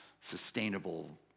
sustainable